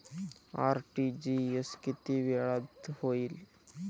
RTGS किती वेळात होईल?